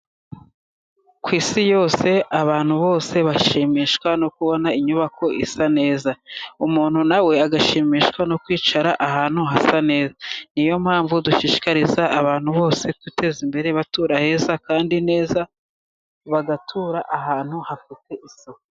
Ku isi yose abantu bose bashimishwa no kubona inyubako isa neza. Umuntu na we agashimishwa no kwicara ahantu hasa neza. Niyo mpamvu dushishikariza abantu bose kwiteza imbere batura heza, kandi neza, bagatura ahantu hafite isuku.